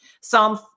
Psalm